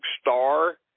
Star